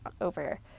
over